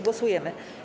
Głosujemy.